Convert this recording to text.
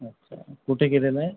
अच्छा कुठे केलेला आहे